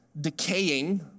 decaying